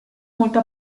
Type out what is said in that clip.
molto